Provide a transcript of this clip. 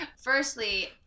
Firstly